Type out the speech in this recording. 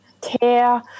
care